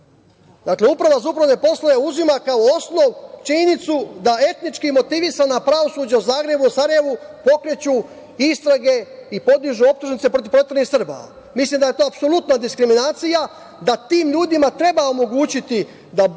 razloga. Uprava za upravne poslove uzima kao osnov činjenicu da etnički motivisana pravosuđa u Zagrebu i Sarajevu pokreću istrage i podižu optužnice protiv proteranih Srba. Mislim da je to apsolutna diskriminacija da tim ljudima treba omogućiti da budu